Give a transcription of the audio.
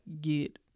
get